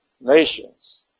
nations